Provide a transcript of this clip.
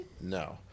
No